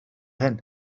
hyn